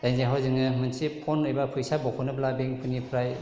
दायो जाहैबाय जोङो मोनसे फन एबा फैसा बख'नोब्ला बेंकफोरनिफ्राय